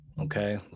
okay